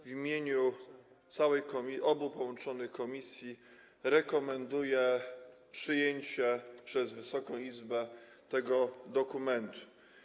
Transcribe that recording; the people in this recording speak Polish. W imieniu obu połączonych komisji rekomenduję przyjęcie przez Wysoką Izbę tego dokumentu.